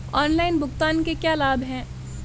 Online भुगतान के क्या लाभ हैं?